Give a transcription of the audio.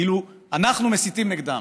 כאילו אנחנו מסיתים נגדם.